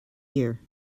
year